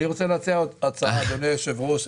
אני רוצה להציע הצעה, אדוני היושב-ראש.